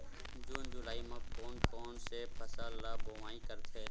जून जुलाई म कोन कौन से फसल ल बोआई करथे?